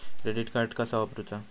Credit card कसा वापरूचा?